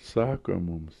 sako mums